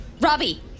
Robbie